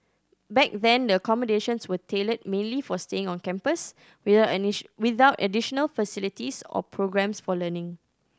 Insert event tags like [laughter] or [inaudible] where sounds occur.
back then the accommodations were tailored mainly for staying on campus with [unintelligible] without additional facilities or programmes for learning